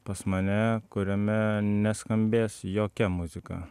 pas mane kuriame neskambės jokia muzika